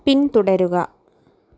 പിന്തുടരുക